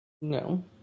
No